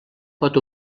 pot